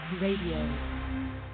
Radio